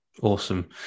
Awesome